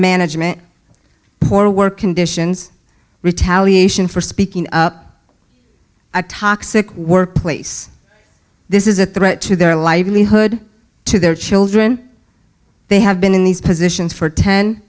management poor work conditions retaliation for speaking up a toxic workplace this is a threat to their livelihood to their children they have been in these positions for ten